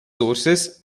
sources